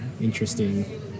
interesting